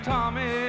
Tommy